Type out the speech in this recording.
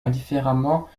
indifféremment